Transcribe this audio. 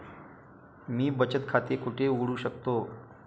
मी बचत खाते कुठे उघडू शकतो?